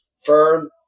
firm